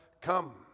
come